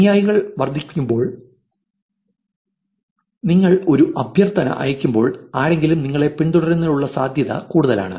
അനുയായികൾ വർദ്ധിക്കുമ്പോൾ നിങ്ങൾ ഒരു അഭ്യർത്ഥന അയക്കുമ്പോൾ ആരെങ്കിലും നിങ്ങളെ പിന്തുടരുന്നതിനുള്ള സാധ്യത കൂടുതലാണ്